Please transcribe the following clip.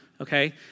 okay